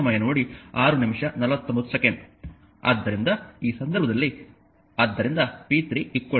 ಆದ್ದರಿಂದ ಈ ಸಂದರ್ಭದಲ್ಲಿ ಆದ್ದರಿಂದ p3 0